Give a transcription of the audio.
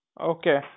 okay